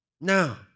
Now